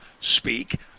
speak